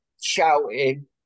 shouting